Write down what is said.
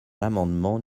l’amendement